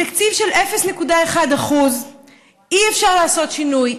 בתקציב של 0.1% אי-אפשר לעשות שינוי.